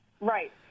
right